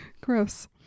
Gross